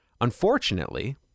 Unfortunately